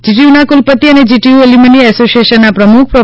જીટીયુના કુલપતિ અને જીટીયુ એલ્યુમની એસોસીયેશનના પ્રમુખ પ્રો